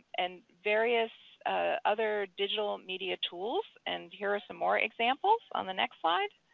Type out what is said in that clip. and various other digital media tools. and here are some more examples on the next slide.